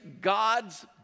God's